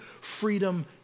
freedom